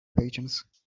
patience